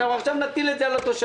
עכשיו נצטרך להטיל את זה על התושבים.